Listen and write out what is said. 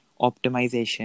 optimization